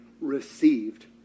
received